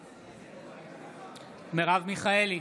בעד מרב מיכאלי,